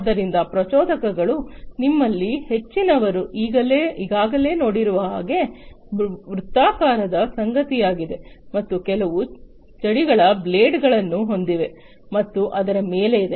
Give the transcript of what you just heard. ಆದ್ದರಿಂದ ಪ್ರಚೋದಕಗಳು ನಿಮ್ಮಲ್ಲಿ ಹೆಚ್ಚಿನವರು ಈಗಾಗಲೇ ನೋಡಿರುವ ಹಾಗೆ ವೃತ್ತಾಕಾರದ ಸಂಗತಿಯಾಗಿದೆ ಮತ್ತು ಕೆಲವು ಚಡಿಗಳ ಬ್ಲೇಡ್ಗಳನ್ನು ಹೊಂದಿದೆ ಮತ್ತು ಅದರ ಮೇಲೆ ಇದೆ